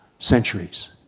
centuries.